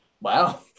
wow